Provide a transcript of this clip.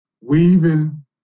weaving